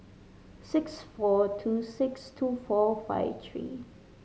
six four two six two four five three